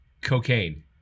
Cocaine